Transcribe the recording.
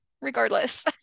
regardless